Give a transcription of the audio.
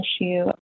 issue